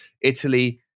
Italy